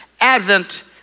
Advent